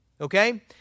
okay